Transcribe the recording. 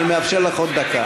אני מאפשר לך עוד דקה.